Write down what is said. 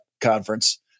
conference